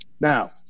Now